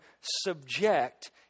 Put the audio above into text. subject